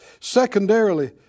secondarily